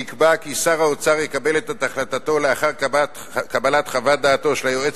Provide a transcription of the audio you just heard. נקבע כי שר האוצר יקבל את החלטתו לאחר קבלת חוות דעתו של היועץ